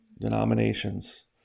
denominations